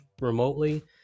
remotely